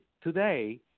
today